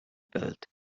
built